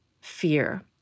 fear